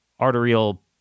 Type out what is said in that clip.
arterial